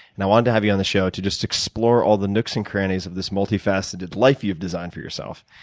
and i wanted to have you on the show to just explain all the nooks and crannies of this multifaceted life you've designed for yourself.